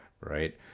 Right